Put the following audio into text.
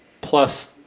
plus